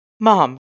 Mom